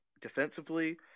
defensively